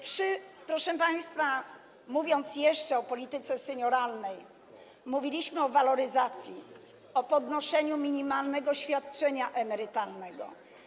Proszę państwa, mówiliśmy jeszcze o polityce senioralnej, mówiliśmy o waloryzacji, o podnoszeniu minimalnego świadczenia emerytalnego.